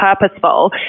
purposeful